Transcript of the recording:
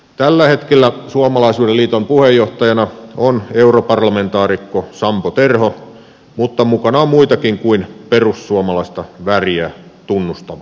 tällä hetkellä suomalaisuuden liiton puheenjohtajana on europarlamentaarikko sampo terho mutta mukana on muitakin kuin perussuomalaista väriä tunnustavia